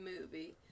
movie